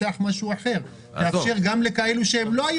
תפתח משהו אחר ותאפשר גם לכאלה שלא היו